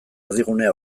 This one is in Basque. erdigunea